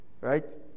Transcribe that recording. Right